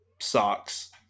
socks